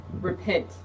repent